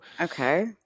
Okay